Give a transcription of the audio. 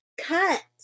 Cut